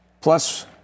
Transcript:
plus